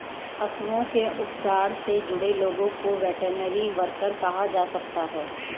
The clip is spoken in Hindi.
पशुओं के उपचार से जुड़े लोगों को वेटरनरी वर्कर कहा जा सकता है